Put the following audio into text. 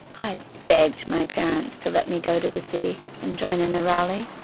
i begged my parents to let me go to the city and join and the rally.